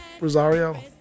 Rosario